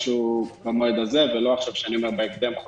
משהו במועד הזה ולא שאני אומר בהקדם חודשיים.